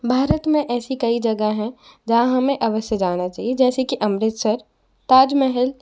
भारत में ऐसी कई जगह हैं जहाँ हमें अवश्य जाना चाहिए जैसे कि अमृतसर ताजमहल